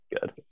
good